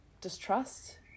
distrust